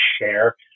share